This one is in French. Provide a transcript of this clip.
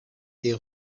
est